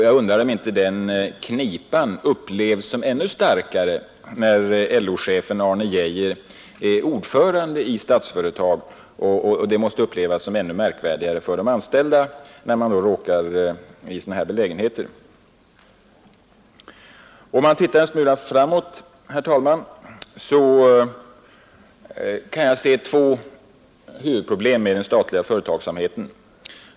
Jag undrar om inte den knipan upplevs än starkare av de anställda, när de råkar in i en sådan belägenhet och LO-chefen Arne Geijer är ordförande i Statsföretag AB. Om man tittar en smula framåt, herr talman, kan man se två huvudproblem för den statliga företagsamheten.